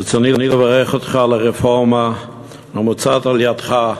ברצוני לברך אותך על הרפורמה המוצעת על-ידיך,